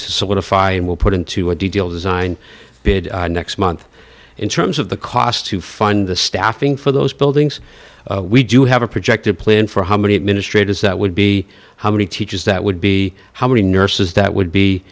to solidify and will put into a deal designed bid next month in terms of the cost to fund the staffing for those buildings we do have a projected plan for how many administrators that would be how many teachers that would be how many nurses that would be